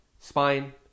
spine